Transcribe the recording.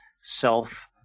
self